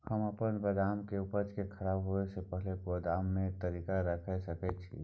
हम अपन बदाम के उपज के खराब होय से पहिल गोदाम में के तरीका से रैख सके छी?